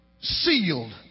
Sealed